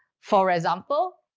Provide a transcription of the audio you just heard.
for example,